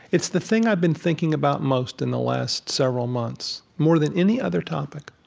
it's the thing i've been thinking about most in the last several months, more than any other topic.